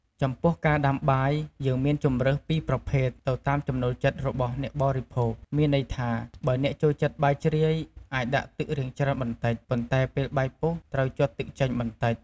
ចំពោះការដាំបាយ យើងមានជម្រើសពីរប្រភេទទៅតាមចំណូលចិត្តរបស់អ្នកបរិភោគ មានន័យថា បើអ្នកចូលចិត្តបាយជ្រាយ អាចដាក់ទឹករាងច្រើនបន្តិច ប៉ុន្តែពេលបាយពុះត្រូវជាត់ទឹកចេញបន្តិច។